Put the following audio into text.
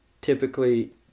typically